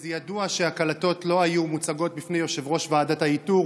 זה ידוע שהקלטות לא היו מוצגות בפני יושב-ראש ועדת האיתור.